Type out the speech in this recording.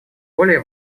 более